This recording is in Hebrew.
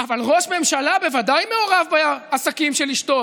אבל ראש ממשלה ודאי מעורב בעסקים של אשתו,